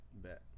Bet